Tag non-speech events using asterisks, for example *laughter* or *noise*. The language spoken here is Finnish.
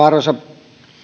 *unintelligible* arvoisa